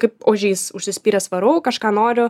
kaip ožys užsispyręs varau kažką noriu